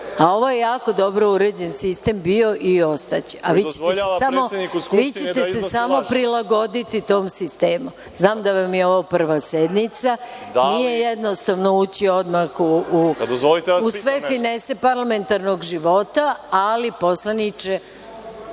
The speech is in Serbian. A ovo je jako dobro uređen sistem bio i ostaće, a vi ćete se samo prilagoditi tom sistemu. Znam da vam je ovo prva sednica. Nije jednostavno ući odmah u sve finese parlamentarnog života, ali, poslaniče…